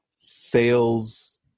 sales